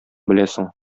беләсең